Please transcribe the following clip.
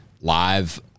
live